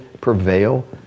prevail